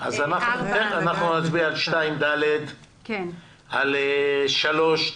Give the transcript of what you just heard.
אנחנו נצביע על 2(ד) ועל (3).